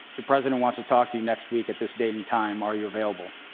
the president wants to talk to you next week at this date and time. are you available?